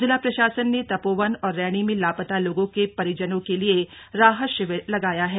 जिला प्रशासन ने तपोवन और रैणी में लापता लोगों के परिजनों के लिए राहत शिविर लगाया है